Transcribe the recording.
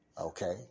Okay